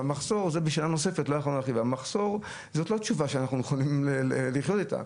אבל מחסור זאת לא תשובה שאנחנו מוכנים לחיות איתה.